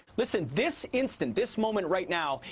listen this instant, this moment right now,